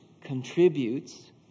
contributes